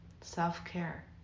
Self-care